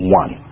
one